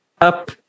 up